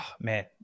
man